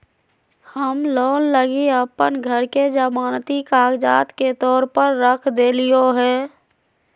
हम लोन लगी अप्पन घर के जमानती कागजात के तौर पर रख देलिओ हें